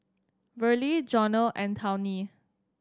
Verlie Jonell and Tawny